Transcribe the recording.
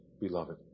beloved